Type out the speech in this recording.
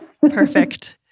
Perfect